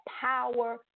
power